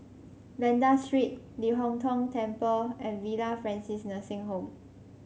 Banda Street Ling Hong Tong Temple and Villa Francis Nursing Home